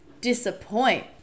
disappoint